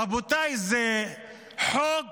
רבותיי, זה חוק